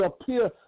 appear